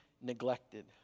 neglected